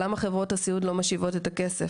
למה חברות הסיעוד לא משיבות את הכסף?